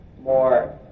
more